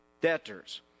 debtors